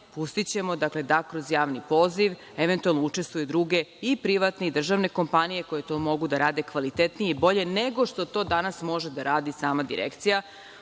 pustićemo da kroz javni poziv, eventualno učestvuju druge i privatne i državne kompanije koje to mogu da rade kvalitetnije i bolje nego što to danas može da radi sama Direkcija,